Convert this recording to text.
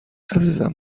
عزیزم